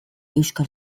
euskal